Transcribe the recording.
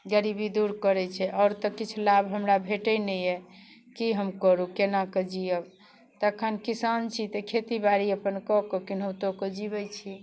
गरीबी दूर करै छै आओर तऽ किछु लाभ हमरा भेटै नइए की हम करू केना कऽ जियब तखन किसान छी तऽ खेती बाड़ी अपन कऽ कऽ केनाहितो कऽ जिबै छी